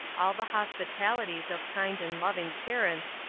all the hospitalities of kind and loving parents,